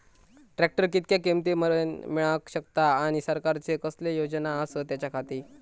Tractor कितक्या किमती मरेन मेळाक शकता आनी सरकारचे कसले योजना आसत त्याच्याखाती?